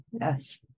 Yes